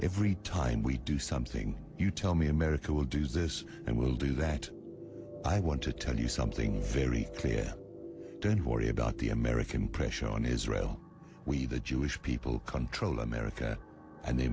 every time we do something you tell me america will do this and will do that i want to tell you something very clear don't worry about the american pressure on israel we the jewish people control america and the